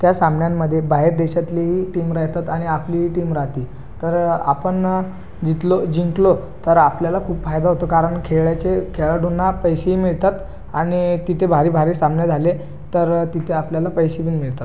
त्या सामन्यांमध्ये बाहेर देशातल्या टीम राहतात आणि आपलीही टीम राहते तर आपण जितलो जिंकलो तर आपल्याला खूप फायदा होतो कारण खेळायचे खेळाडूंना पैसे मिळतात आणि तिथे भारी भारी सामने झाले तर तिथे आपल्याला पैशे बी मिळतात